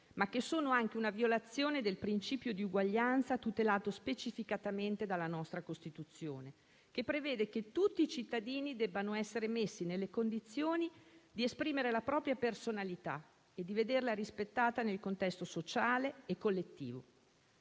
ma che sono anche una violazione del principio di uguaglianza tutelato specificatamente dalla nostra Costituzione, che prevede che tutti i cittadini debbano essere messi nelle condizioni di esprimere la propria personalità e di vederla rispettata nel contesto sociale e collettivo.